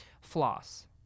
floss